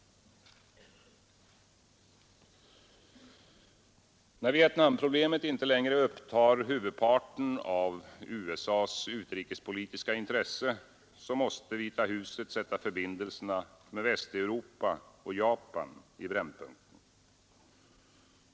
När Vietnamproblemet inte längre upptar huvudparten av USA:s utrikespolitiska intresse måste Vita huset sätta förbindelserna med Västeuropa och Japan i brännpunkten.